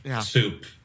soup